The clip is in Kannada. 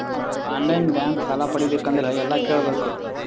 ಆನ್ ಲೈನ್ ಬ್ಯಾಂಕ್ ಸಾಲ ಪಡಿಬೇಕಂದರ ಎಲ್ಲ ಕೇಳಬೇಕು?